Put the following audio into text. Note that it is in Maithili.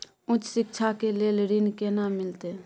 उच्च शिक्षा के लेल ऋण केना मिलते?